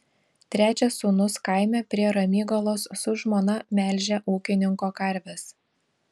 trečias sūnus kaime prie ramygalos su žmona melžia ūkininko karves